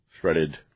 shredded